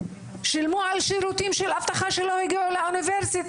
שילמו על שירותים של אבטחה כאשר כלל לא הגיעו לאוניברסיטה,